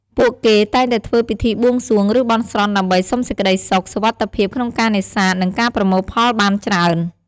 ពួកគេតែងតែធ្វើពិធីបួងសួង ឬបន់ស្រន់ដើម្បីសុំសេចក្ដីសុខ សុវត្ថិភាពក្នុងការនេសាទ និងការប្រមូលផលបានច្រើន។